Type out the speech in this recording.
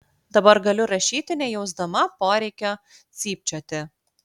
dabar galiu rašyti nejausdama poreikio cypčioti